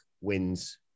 wins